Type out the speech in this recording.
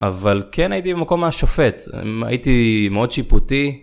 אבל כן הייתי במקום השופט. הייתי מאוד שיפוטי.